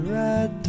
red